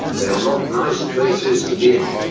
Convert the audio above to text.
they are not nice places to be in.